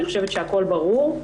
אני חושבת שהכול ברור.